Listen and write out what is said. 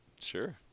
Sure